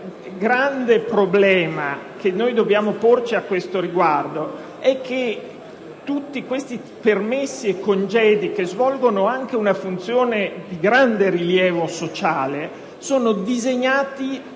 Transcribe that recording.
grande problema che dobbiamo porci a questo riguardo, poi, è che tutti questi permessi e congedi, che svolgono una funzione di grande rilievo sociale, sono disegnati